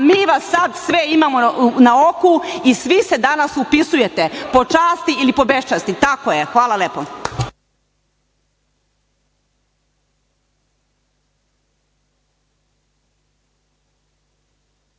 mi vas sad sve imamo na oku i svi se danas upisujete po časti ili po beščasti. Tako je hvala lepo.